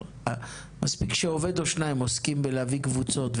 מספיק שעובד או שניים עוסקים בלהביא קבוצות,